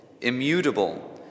immutable